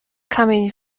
kamień